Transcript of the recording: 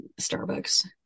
starbucks